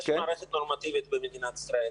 יש מערכת נורמטיבית במדינת ישראל.